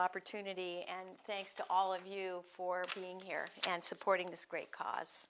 opportunity and thanks to all of you for being here and supporting this great cause